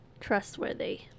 trustworthy